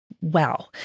wow